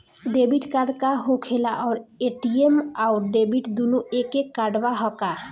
Debit card का होखेला और ए.टी.एम आउर डेबिट दुनों एके कार्डवा ह का?